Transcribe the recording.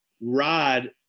rod